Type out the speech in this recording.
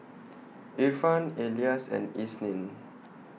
Irfan Elyas and Isnin